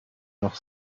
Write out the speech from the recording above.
noch